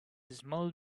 small